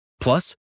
Plus